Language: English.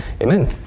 Amen